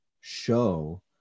show